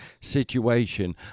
situation